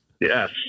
Yes